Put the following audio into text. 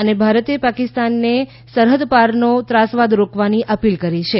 અને ભારતે પાકિસ્તાને સરહદ પારનો ત્રાસવાદ રોકવાની અપીલ કરી છે